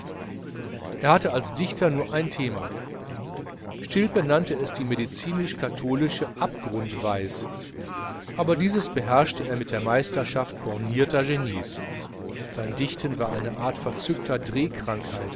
er hatte als dichter nur ein thema stilpe nannte es die medizinisch katholische abgrundweis aber dieses beherrschte er mit der meisterschaft bornierter genies sein dichten war eine art verzückter